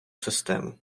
систему